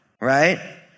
right